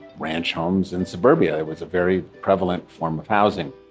ranch homes in suburbia. it was a very prevalent form of housing